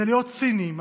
זה להיות ציניים.